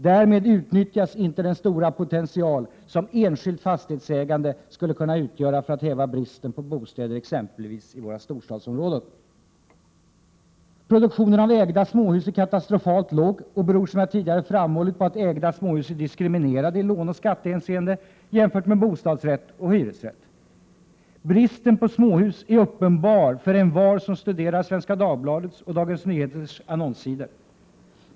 Därmed utnyttjas inte den stora potential som enskilt fastighetsägande skulle kunna utgöra för att häva bristen på bostäder i exempelvis våra storstadsområden. Produktionen av ägda småhus är katastrofalt låg, och det beror, som jag tidigare framhållit, på att ägda småhus är diskriminerade i låneoch skattehänseende jämfört med bostadsrätt och hyresrätt. Bristen på småhus är uppenbar för envar som studerar Svenska Dagbladets och Dagens Nyheters annonssidor.